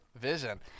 Vision